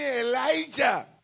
Elijah